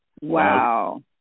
wow